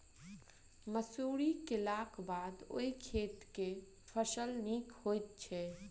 मसूरी केलाक बाद ओई खेत मे केँ फसल नीक होइत छै?